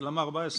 אז למה 14 יום?